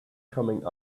coming